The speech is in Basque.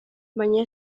baina